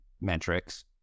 metrics